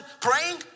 praying